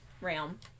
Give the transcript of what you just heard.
realm